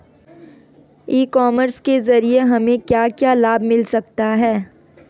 ई commerce के ज़रिए हमें क्या क्या लाभ मिल सकता है?